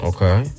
Okay